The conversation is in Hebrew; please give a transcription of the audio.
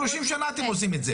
30 שנה אתם עושים את זה.